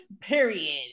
period